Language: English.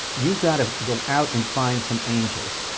you've got to go out and finds some angels.